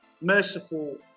merciful